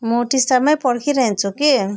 म टिस्टामा पर्खिरहन्छु कि